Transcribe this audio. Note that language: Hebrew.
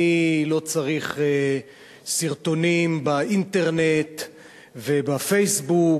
אני לא צריך סרטונים באינטרנט וב"פייסבוק",